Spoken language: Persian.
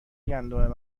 گندم